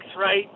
right